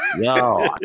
yo